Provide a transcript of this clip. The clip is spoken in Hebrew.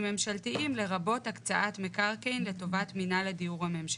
ממשלתיים לרבות הקצאת מקרקעין לטובת מינהל הדיור הממשלתי".